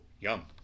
yum